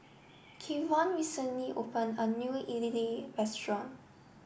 Kevon recently opened a New Idly Restaurant